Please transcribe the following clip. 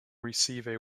receive